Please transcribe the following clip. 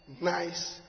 nice